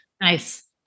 Nice